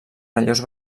relleus